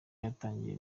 yatangiye